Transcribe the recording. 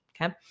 okay